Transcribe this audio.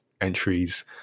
entries